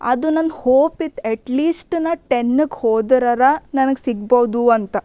ಅದು ನನ್ನ ಹೋಪ್ ಇತ್ತು ಎಟ್ಲೀಶ್ಟ್ ನಾ ಟೆನ್ನಿಗ್ ಹೋದರರ ನನಗೆ ಸಿಗ್ಬೋದು ಅಂತ